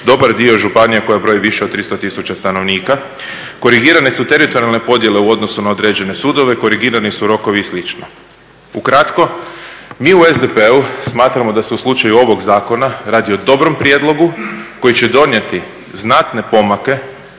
dobar dio županije koja broji više od 300 tisuća stanovnika. Korigirane su teritorijalne podjele u odnosu na određene sudove, korigirani su rokovi i slično. Ukratko, mi u SDP-u smatramo da se u slučaju ovog zakona radi o dobrom prijedlogu koji će donijeti znatne pomake